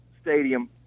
stadium